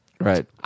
Right